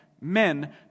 men